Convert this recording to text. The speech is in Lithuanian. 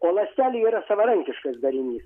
o ląstelė yra savarankiškas darinys